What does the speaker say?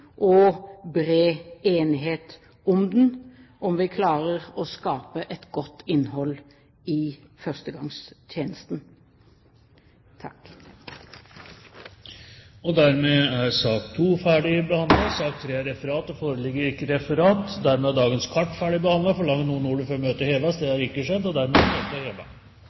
og bred enighet om den, om vi klarer å skape et godt innhold i førstegangstjenesten. Dermed er sak nr. 2 ferdigbehandlet. Det foreligger ikke noe voteringstema i sakene nr. 1 og 2. Det foreligger ikke noe referat. Dermed er dagens kart ferdigbehandlet. Forlanger noen ordet før møtet heves? – Møtet er